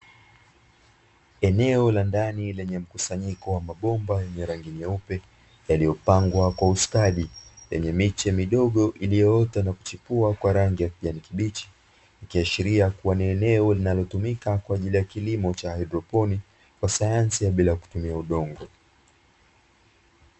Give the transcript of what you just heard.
Eneo la ndani lenye mkusanyiko wa mabomba yenye rangi nyeupe, yaliyopangwa kwa ustadi yenye miche midogo iliyoota na kuchipua kwa rangi ya kijani kibichi, ikiashiria kuwa ni eneo linalotumika kwa ajili ya kilimo cha haidroponi, cha sayansi ya bila kutumia udongo.